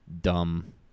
dumb